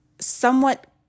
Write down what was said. somewhat